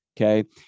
Okay